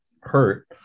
hurt